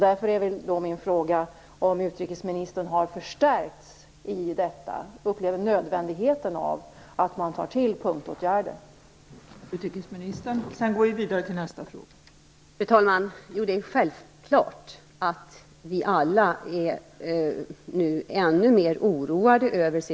Därför är min fråga om utrikesministerns uppfattning har förstärkts och om hon upplever nödvändigheten av att man tar till punktåtgärder.